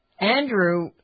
Andrew